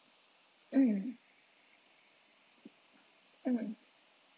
mm mm